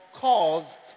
caused